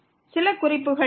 சில குறிப்புகளை பார்ப்போம்